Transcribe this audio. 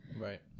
Right